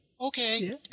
Okay